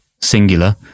singular